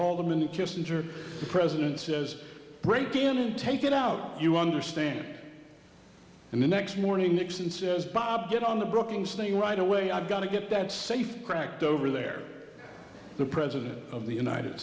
all the many kissinger the president says break in and take it out you understand and the next morning nixon says bob get on the brookings thing right away i've got to get that safe cracked over there the president of the united